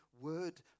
word